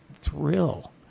thrill